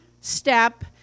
step